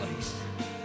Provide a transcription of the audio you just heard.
place